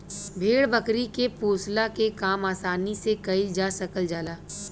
भेड़ बकरी के पोसला के काम आसानी से कईल जा सकल जाला